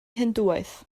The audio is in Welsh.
hindŵaeth